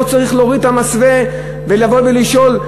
לא צריך להוריד את המסווה ולבוא ולשאול,